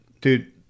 Dude